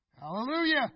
Hallelujah